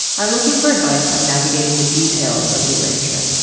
i'm looking for advice on navigating the details of the arrangement.